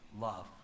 love